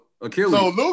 Achilles